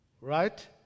right